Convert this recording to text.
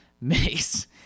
Mace